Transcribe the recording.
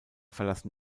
verlassen